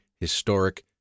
Historic